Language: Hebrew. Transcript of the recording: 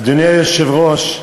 אדוני היושב-ראש,